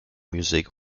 music